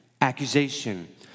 accusation